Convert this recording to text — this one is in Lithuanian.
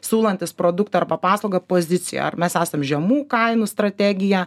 siūlantis produktą arba paslaugą pozicijoj ar mes esam žemų kainų strategija